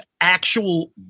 actual